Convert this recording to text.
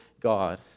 God